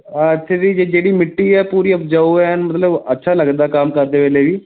ਇੱਥੇ ਦੀ ਜਿਹੜੀ ਮਿੱਟੀ ਹੈ ਪੂਰੀ ਉਪਜਾਊ ਹੈ ਐਨ ਮਤਲਬ ਅੱਛਾ ਲੱਗਦਾ ਕੰਮ ਕਰਦੇ ਵੇਲੇ ਵੀ